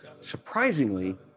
surprisingly